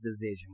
division